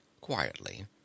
quietly